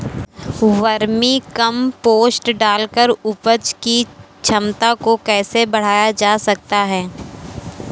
Vermi compost डालकर उपज की क्षमता को कैसे बढ़ाया जा सकता है?